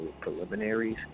preliminaries